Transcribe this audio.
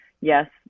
yes